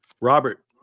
Robert